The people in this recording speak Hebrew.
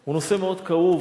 הוא נושא מאוד כאוב.